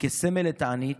כסמל לתענית,